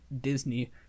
Disney